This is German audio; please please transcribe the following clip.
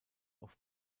auf